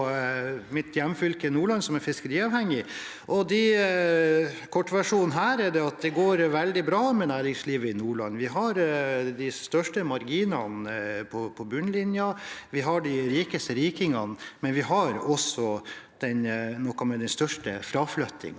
mitt hjemfylke, Nordland, som er fiskeriavhengig. Kortversjonen er at det går veldig bra med næringslivet i Nordland. Vi har de største marginene på bunnlinjen. Vi har de rikeste rikingene, men vi har også noe av den største fraflyttingen